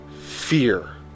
Fear